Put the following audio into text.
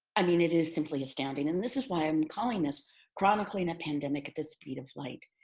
i mean, it is simply astounding, and this is why i'm calling this chronicling a pandemic at the speed of light.